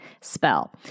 spell